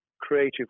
creative